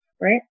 right